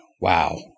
wow